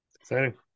Exciting